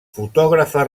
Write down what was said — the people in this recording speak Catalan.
fotògrafa